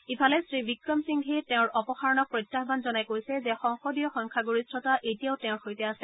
ইফালে শ্ৰী ৱিক্ৰমসিংঘেয়ে তেওঁৰ অপসাৰণক প্ৰত্যাহান জনাই কৈছে যে সংসদীয় সংখ্যাগৰিষ্ঠতা এতিয়াও তেওঁৰ সৈতে আছে